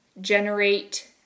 generate